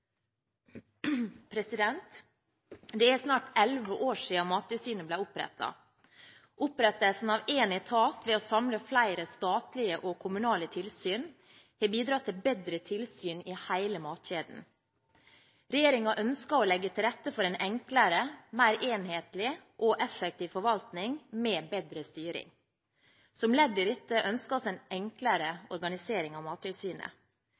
Det er snart elleve år siden Mattilsynet ble opprettet. Opprettelsen av én etat ved å samle flere statlige og kommunale tilsyn har bidratt til bedre tilsyn i hele matkjeden. Regjeringen ønsker å legge til rette for en enklere, mer enhetlig og effektiv forvaltning med bedre styring. Som ledd i dette ønsker vi en enklere organisering av Mattilsynet.